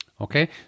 Okay